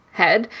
head